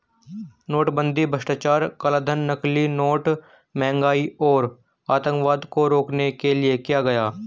नोटबंदी भ्रष्टाचार, कालाधन, नकली नोट, महंगाई और आतंकवाद को रोकने के लिए किया गया